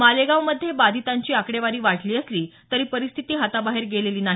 मालेगावमध्ये बाधितांची आकडेवारी वाढली असली तरी परिस्थिती हाताबाहेर गेलेली नाही